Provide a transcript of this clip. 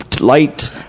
light